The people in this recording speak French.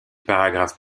paragraphe